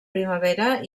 primavera